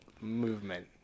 movement